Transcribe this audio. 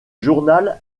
journal